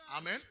amen